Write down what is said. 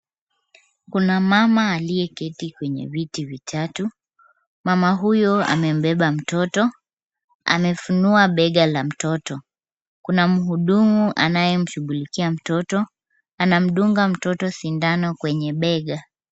Kuna mama aliyeketi kwenye viti vitatu. Mama huyu amembeba mtoto. Amefunua bega la mtoto. Kuna mhudumu anayemshughulikia mtoto. Anamdunga mtoto sindano kwenye bega.